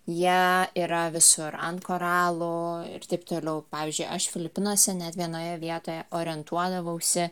jie yra visur ant koralų ir taip toliau pavyzdžiui aš filipinuose net vienoje vietoje orientuodavausi